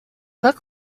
look